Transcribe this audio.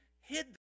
hid